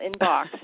inbox